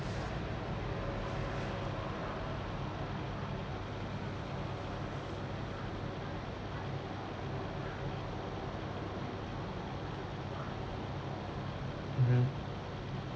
mmhmm